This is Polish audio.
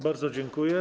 Bardzo dziękuję.